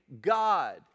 God